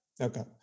okay